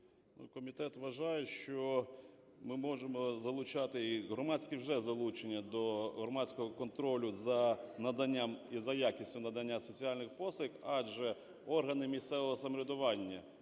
Комітет вважає, що ми можемо залучати і… Громадськість вже залучено до громадського контролю за наданням і за якістю надання соціальних послуг, адже органи місцевого самоврядування,